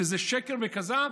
שזה שקר וכזב?